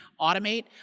automate